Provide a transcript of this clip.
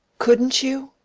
couldn't you?